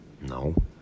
No